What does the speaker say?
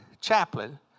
chaplain